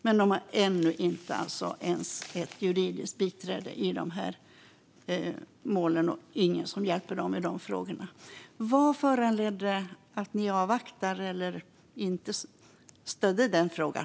Men barnen har ännu inte ens ett juridiskt biträde i dessa mål och ingen som hjälper dem i dessa frågor. Vad föranledde att ni avvaktar eller inte stödde den frågan?